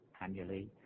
annually